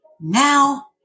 Now